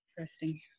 interesting